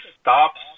stops